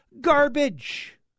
garbage